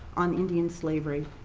on indian slavery.